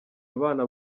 abana